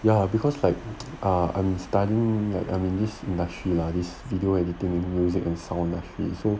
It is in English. ya because like uh I'm studying like I'm in this industry lah this video editing music and sound industry so